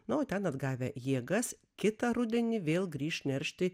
nors ten atgavę jėgas kitą rudenį vėl grįš neršti